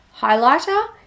Highlighter